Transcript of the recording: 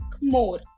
more